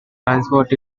transport